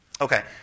Okay